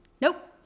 nope